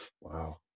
wow